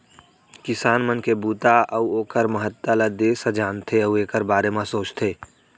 किसान मन के बूता अउ ओकर महत्ता ल देस ह जानथे अउ एकर बारे म सोचथे